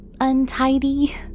untidy